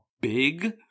big